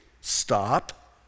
stop